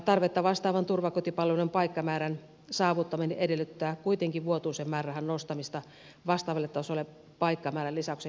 tarvetta vastaavan turvakotipalvelun paikkamäärän saavuttaminen edellyttää kuitenkin vuotuisen määrärahan nostamista vastaavalle tasolle paikkamäärän lisäyksen kanssa